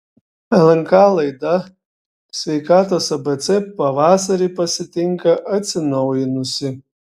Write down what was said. lnk laida sveikatos abc pavasarį pasitinka atsinaujinusi